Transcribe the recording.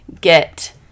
get